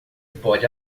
pode